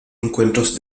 encuentros